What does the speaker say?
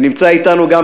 ונמצא אתנו גם